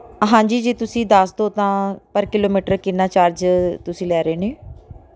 ਹਾਂਜੀ ਜੇ ਤੁਸੀਂ ਦੱਸ ਦਿਓ ਤਾਂ ਪਰ ਕਿਲੋਮੀਟਰ ਕਿੰਨਾ ਚਾਰਜ ਤੁਸੀਂ ਲੈ ਰਹੇ ਨੇ